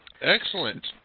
Excellent